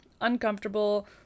uncomfortable